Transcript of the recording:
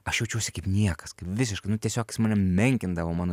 aš jaučiuosi kaip niekas visiškai nu tiesiog jis mane menkindavo mano